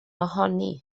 ohoni